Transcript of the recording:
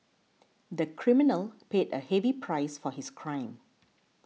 the criminal paid a heavy price for his crime